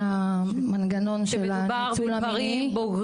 כל המנגנון של הניצול המיני --- ומדובר בגברים בוגרים.